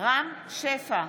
רם שפע,